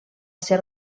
ser